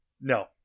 no